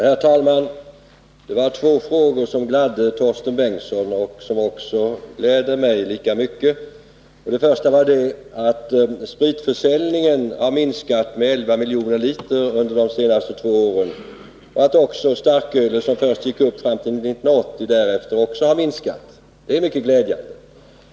Herr talman! Det var två saker som gladde Torsten Bengtson och som också gläder mig lika mycket. Den första var att spritförsäljningen har minskat med 11 miljoner liter under de senaste två åren och att starkölet, som först gick upp fram till 1980, därefter också har minskat. Det är mycket glädjande.